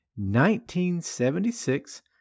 1976